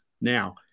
now